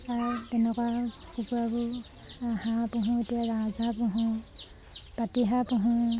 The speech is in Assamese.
আৰু তেনেকুৱা কুকুৰাবোৰ হাঁহ পোহোঁ এতিয়া ৰাজাহাঁহ পোহোঁ পাতিহাঁহ পোহোঁ